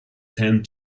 tend